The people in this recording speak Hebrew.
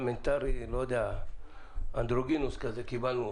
פרלמנטרי, לא יודע, קיבלנו אנדרוגינוס כזה.